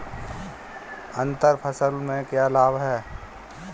अंतर फसल के क्या लाभ हैं?